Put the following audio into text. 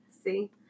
See